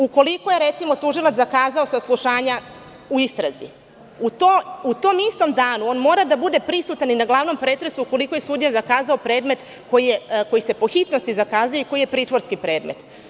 Ukoliko je, recimo, tužilac zakazao saslušanja u istrazi, u tom istom danu on mora da bude prisutan i na glavnom pretresu, ukoliko je sudija zakazao predmet koji se po hitnosti zakazuje i koji je pritvorski predmet.